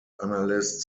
analysts